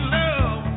love